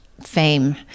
fame